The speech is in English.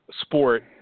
sport